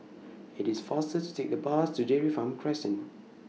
IT IS faster to Take The Bus to Dairy Farm Crescent